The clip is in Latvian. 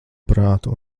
prātu